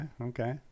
okay